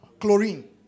Chlorine